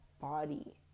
body